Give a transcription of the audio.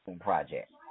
project